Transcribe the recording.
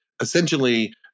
essentially